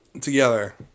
together